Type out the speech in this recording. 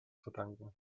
verdanken